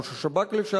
ראש השב"כ לשעבר,